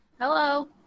Hello